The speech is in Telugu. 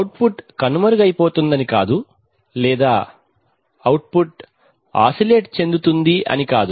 అవుట్పుట్ కనుమరుగు అయిపోతుందని కాదు లేదా అవుట్పుట్ ఆసిలెట్ చెందుతుందని కాదు